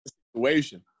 situation